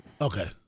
Okay